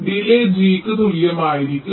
delay gക്ക് തുല്യമായിരിക്കും